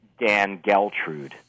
DanGeltrude